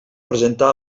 presentar